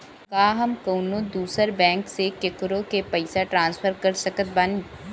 का हम कउनों दूसर बैंक से केकरों के पइसा ट्रांसफर कर सकत बानी?